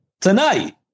tonight